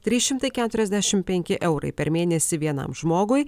trys šimtai keturiasdešimt penki eurai per mėnesį vienam žmogui